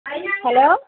hello